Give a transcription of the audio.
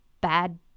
bad